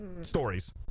stories